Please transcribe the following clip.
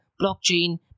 Blockchain